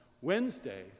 Wednesday